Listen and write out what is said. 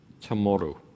tomorrow